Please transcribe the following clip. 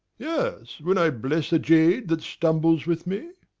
yes, when i bless a jade, that stumbles with me.